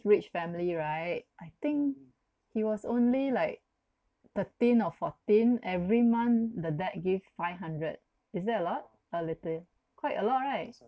rich family right I think he was only like thirteen or fourteen every month the dad give five hundred is that a lot or little quite a lot right